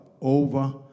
over